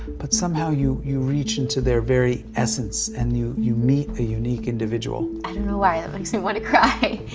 but somehow you you reach into their very essence and you you meet a unique individual. i don't know why, that makes me want to cry.